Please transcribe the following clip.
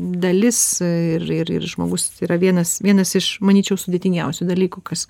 dalis ir ir ir žmogus yra vienas vienas iš manyčiau sudėtingiausių dalykų kas